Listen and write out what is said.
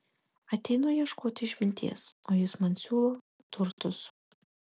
ateinu ieškoti išminties o jis man siūlo turtus